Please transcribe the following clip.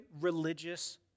religious